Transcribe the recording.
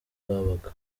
bwabaga